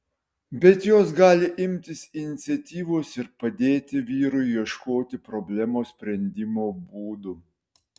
bet jos gali imtis iniciatyvos ir padėti vyrui ieškoti problemos sprendimo būdų